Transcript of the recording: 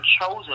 chosen